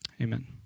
Amen